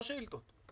לא שאילתות.